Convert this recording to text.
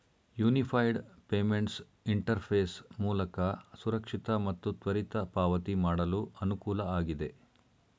unified payments interface ಮೂಲಕ ಸುರಕ್ಷಿತ ಮತ್ತು ತ್ವರಿತ ಪಾವತಿ ಮಾಡಲು ಅನುಕೂಲ ಆಗಿದೆ